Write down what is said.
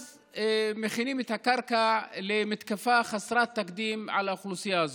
אז מכינים את הקרקע למתקפה חסרת תקדים על האוכלוסייה הזאת,